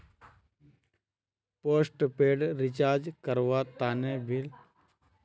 postpaid recharge करवार तने bill जमा करवार जरूरत हछेक